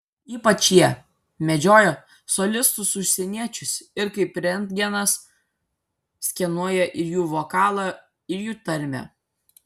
ypač jie medžioja solistus užsieniečius ir kaip rentgenas skenuoja ir jų vokalą ir jų tarmę